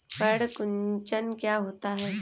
पर्ण कुंचन क्या होता है?